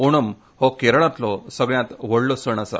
ओणम हो केरळांतलो सगळ्यांत व्हडलो सण आसा